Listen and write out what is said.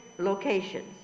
locations